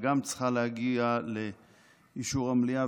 שגם צריכה להגיע לאישור המליאה,